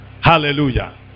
Hallelujah